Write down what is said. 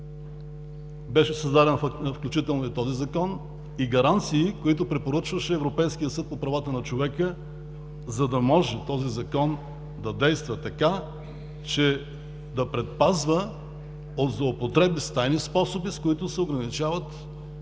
Беше създаден включително и този Закон и гаранции, които препоръчваше Европейският съд по правата на човека, за да може този Закон да действа така, че да предпазва от злоупотреби с тайни способи, с които се ограничават